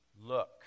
look